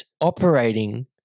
operating